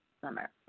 Summer